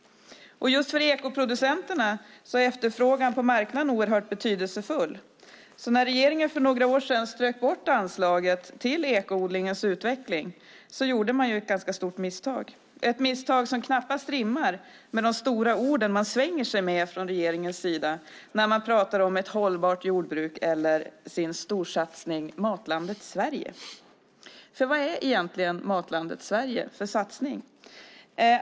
Just för ekoproducenterna är efterfrågan på marknaden oerhört betydelsefull, så när regeringen för några år sedan strök anslaget till ekoodlingens utveckling gjorde man ett ganska stort misstag. Det är ett misstag som knappast rimmar med de stora ord man svänger sig med från regeringens sida när man pratar om ett hållbart jordbruk eller storsatsningen Matlandet Sverige. För vad är egentligen Matlandet Sverige för satsning?